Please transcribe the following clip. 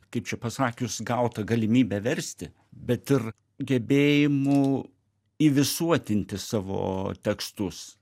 kaip čia pasakius gauta galimybe versti bet ir gebėjimu įvisuotinti savo tekstus